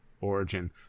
Origin